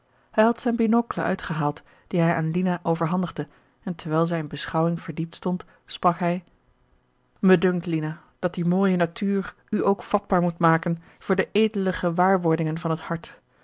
had zijn binocle uitgehaald die hij aan lina overhandigde en terwijl zij in beschouwing verdiept stond sprak hij me dunkt lina dat die mooie natuur u ook vatbaar moet maken voor de edele gewaarwordingen van t hart